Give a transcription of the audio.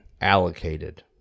Allocated